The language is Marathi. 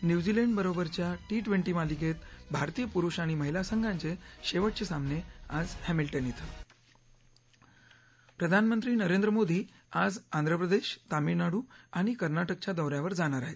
न्यूझीलंडबरोबरच्या टी ट्वेंटी मालिकेत भारतीय पुरुष आणि महिला संघाचे शेवटचे सामने आज हॅमिल्टन इथं प्रधानमंत्री नरेंद्र मोदी आज आंध्रप्रदेश तामिळनाडू आणि कर्नाटकच्या दौ यावर जाणार आहेत